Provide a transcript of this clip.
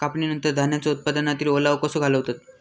कापणीनंतर धान्यांचो उत्पादनातील ओलावो कसो घालवतत?